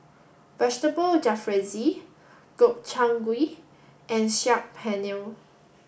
vegetable Jalfrezi Gobchang Gui and Saag Paneer